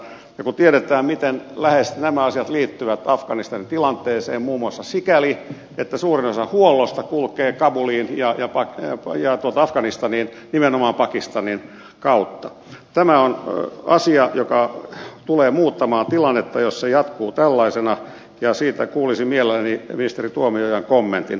kun tiedetään miten läheisesti nämä asiat liittyvät afganistanin tilanteeseen muun muassa sikäli että suurin osa huollosta kulkee kabuliin ja afganistaniin nimenomaan pakistanin kautta tämä on asia joka tulee muuttamaan tilannetta jos se jatkuu tällaisena ja siitä kuulisin mielelläni ministeri tuomiojan kommentin